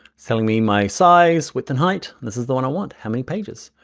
telling me my size, width and height. this is the one i want. how many pages?